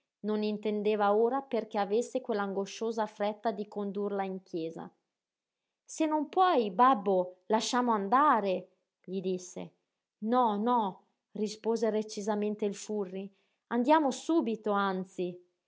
non intendeva ora perché avesse quell'angosciosa fretta di condurla in chiesa se non puoi babbo lasciamo andare gli disse no no rispose recisamente il furri andiamo subito anzi